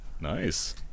Nice